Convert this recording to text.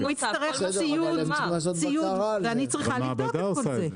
הוא יצטרך ציוד ואני צריכה לבדוק את כל זה.